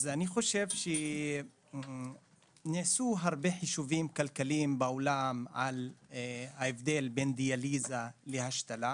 אני חושב שנעשו הרבה חישובים כלכליים בעולם על ההבדל בין דיאליזה להשתלה